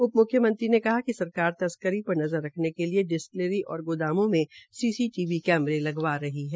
उप म्ख्यमंत्री ने कहा कि सरकार तस्करी पर नज़र रखने के लिए डिस्टीलरी और गोदामों में सीसीटीवी कैमरे लगवा रही है